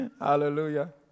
Hallelujah